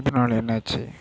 இதனால என்னாச்சு